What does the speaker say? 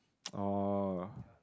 oh